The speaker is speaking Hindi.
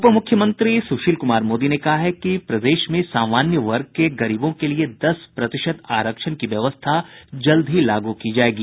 उपमुख्यमंत्री सुशील कुमार मोदी ने कहा है कि प्रदेश में सामान्य वर्ग के गरीबों के लिए दस प्रतिशत आरक्षण की व्यवस्था जल्द ही लागू की जायेगी